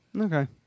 Okay